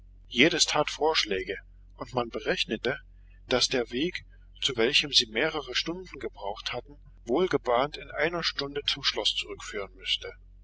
jedes tat vorschläge und man berechnete daß der weg zu welchem sie mehrere stunden gebraucht hatten wohlgebahnt in einer stunde zum schloß zurückführen müßte